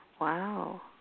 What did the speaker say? Wow